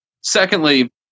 Secondly